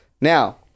Now